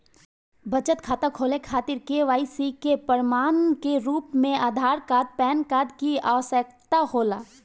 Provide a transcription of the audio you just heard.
बचत खाता खोले खातिर के.वाइ.सी के प्रमाण के रूप में आधार आउर पैन कार्ड की आवश्यकता होला